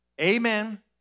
Amen